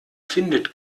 findet